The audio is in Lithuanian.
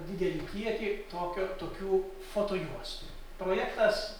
didelį kiekį tokio tokių fotojuostų projektas